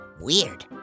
weird